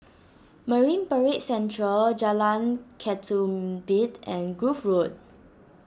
Marine Parade Central Jalan Ketumbit and Grove Road